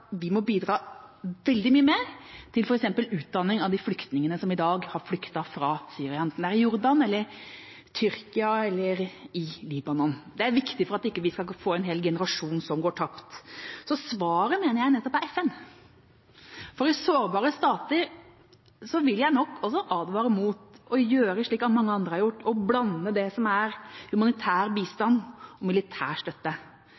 vi må bidra veldig mye mer til f.eks. utdanning av de flyktningene som i dag har flyktet fra Syria, enten de er i Jordan, i Tyrkia eller i Libanon. Det er viktig for at vi ikke skal få en hel generasjon som går tapt. Så svaret mener jeg nettopp er FN. Når det gjelder sårbare stater, vil jeg nok også advare mot å gjøre slik mange andre har gjort: å blande det som er humanitær bistand, og militær støtte.